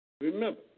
remember